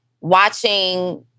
Watching